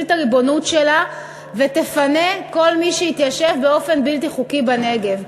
את הריבונות שלה ותפנה כל מי שיתיישב באופן בלתי חוקי בנגב,